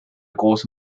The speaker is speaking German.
große